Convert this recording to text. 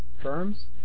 firms